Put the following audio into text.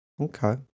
okay